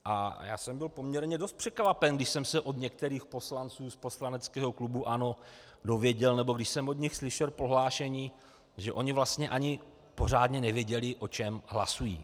A já jsem byl poměrně dost překvapen, když jsem se od některých poslanců poslaneckého klubu ANO dozvěděl, nebo když jsem od nich slyšel prohlášení, že oni vlastně ani pořádně nevěděli, o čem hlasují.